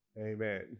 Amen